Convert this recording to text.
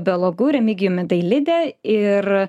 biologu remigijumi dailidė ir